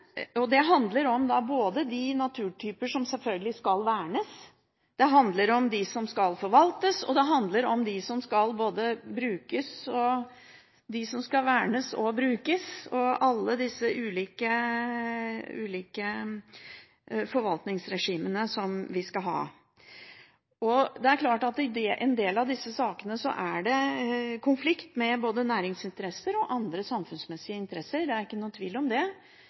Det handler om de naturtyper som, selvfølgelig, skal vernes, det handler om de som skal forvaltes, det handler om de som skal både vernes og brukes, og alle disse ulike forvaltningsregimene som vi skal ha. I en del av disse sakene er det konflikt med både næringsinteresser og andre samfunnsmessige interesser – det er ikke noen tvil om det.